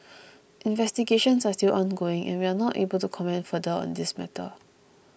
investigations are still ongoing and we are not able to comment further on this matter